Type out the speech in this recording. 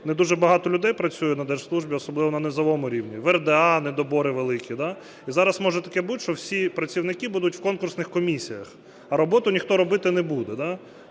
не дуже багато людей працює на держслужбі, особливо на низовому рівні. В РДА недобори великі. І зараз може таке бути, що всі працівники будуть в конкурсних комісіях, а роботу ніхто робити не буде.